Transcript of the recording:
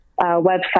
website